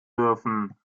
dürfen